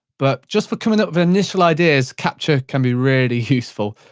but, just for coming up with initial ideas, capture can be really useful.